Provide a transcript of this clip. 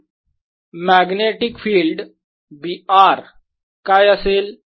Ar0K3R3r2sinθr≥R 0K3r sinθrR magnetic field B r काय असेल